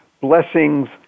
blessings